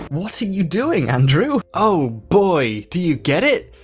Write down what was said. what are you doing, andrew? oh boy, do you get it?